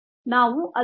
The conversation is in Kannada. ನಾವು 18